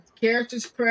character's